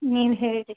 ನೀವು ಹೇಳಿ ರೀ